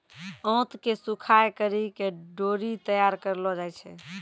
आंत के सुखाय करि के डोरी तैयार करलो जाय छै